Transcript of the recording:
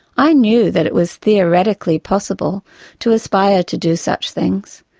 i knew that it was theoretically possible to aspire to do such things,